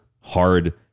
hard